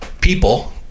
people